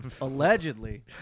Allegedly